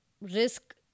risk